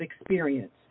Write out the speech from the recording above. experience